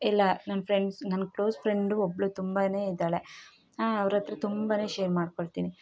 ಎಲ್ಲ ನಮ್ಮ ಫ್ರೆಂಡ್ಸ್ ನನ್ನ ಕ್ಲೋಸ್ ಫ್ರೆಂಡು ಒಬ್ಬಳು ತುಂಬಾ ಇದಾಳೆ ಅವ್ರಹತ್ರ ತುಂಬಾ ಶೇರ್ ಮಾಡಿಕೊಳ್ತೀನಿ